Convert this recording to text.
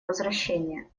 возвращение